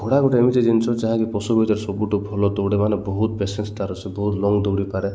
ଘୋଡ଼ା ଗୋଟ ଏମିତି ଜିନିଷ ଯାହାକି ପଶୁ ଭିତରେ ସବୁଠୁ ଭଲ ଦୌଡ଼େ ମାନେ ବହୁତ ପେସେନ୍ସ ତାର ସେ ବହୁତ ଲଙ୍ଗ୍ ଦୌଡ଼ିପାରେ